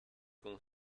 con